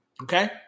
Okay